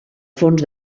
fons